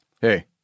Hey